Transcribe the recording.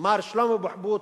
מר שלמה בוחבוט,